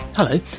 Hello